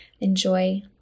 Enjoy